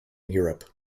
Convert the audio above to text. europe